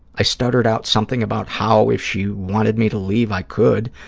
i stuttered out something about how, if she wanted me to leave, i could,